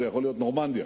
זה יכול להיות נורמנדי.